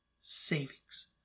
Savings